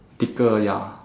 thicker ya